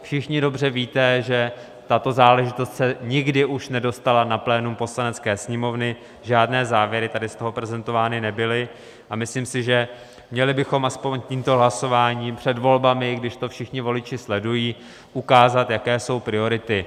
Všichni dobře víte, že tato záležitost se už nikdy na plénum Poslanecké sněmovny nedostala, žádné závěry tady z toho prezentovány nebyly, a myslím si, že bychom měli aspoň tímto hlasováním před volbami, když to všichni voliči sledují, ukázat, jaké jsou priority.